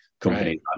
companies